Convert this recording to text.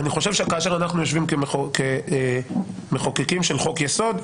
אני חושב שכאשר אנחנו יושבים כמחוקקים של חוק יסוד,